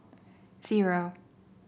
zero